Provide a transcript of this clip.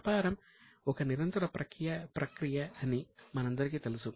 వ్యాపారం ఒక నిరంతర ప్రక్రియ అని మనందరికీ తెలుసు